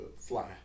fly